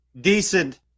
decent